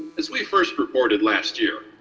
as we first reported last year,